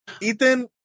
Ethan